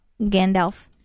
Gandalf